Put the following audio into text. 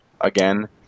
again